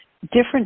different